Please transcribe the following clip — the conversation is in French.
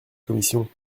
commission